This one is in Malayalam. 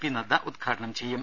പി നദ്ദ ഉദ്ഘാടനം ചെയ്യും